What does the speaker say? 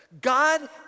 God